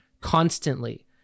constantly